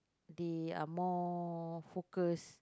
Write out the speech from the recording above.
they are more focus